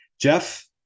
Jeff